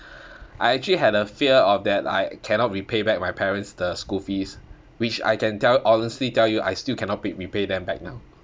I actually had a fear of that I cannot repay back my parents the school fees which I can tell honestly tell you I still cannot paid repay them back now